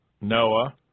Noah